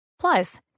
Plus